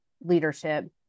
leadership